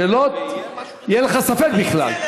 שלא יהיה לך ספק בכלל.